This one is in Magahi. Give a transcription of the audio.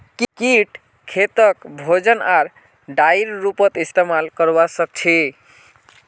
कीट खेतीक भोजन आर डाईर रूपत इस्तेमाल करवा सक्छई